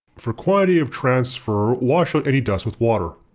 for quantitative transfer wash out any dust with water.